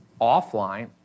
offline